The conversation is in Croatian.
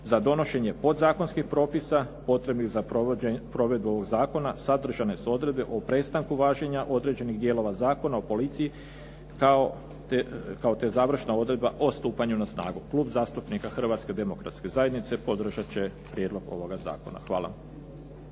za donošenje podzakonskih propisa potrebnih za provedbu ovog Zakona o policiji kao ta završna odredba o stupanju na snagu. Klub zastupnika Hrvatske Demokratske Zajednice podržati će prijedlog ovoga zakona.